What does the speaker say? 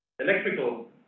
electrical